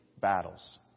battles